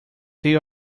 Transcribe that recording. they